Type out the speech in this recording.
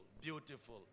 beautiful